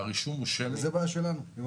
זו בעיה שלנו.